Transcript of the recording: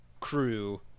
crew